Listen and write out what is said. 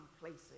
places